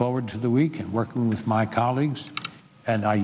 forward to the week working with my colleagues and i